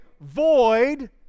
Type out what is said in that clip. void